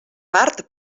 part